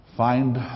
Find